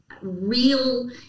real